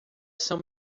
são